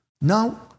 now